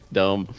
dumb